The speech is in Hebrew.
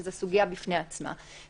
שזו סוגיה בפני עצמה,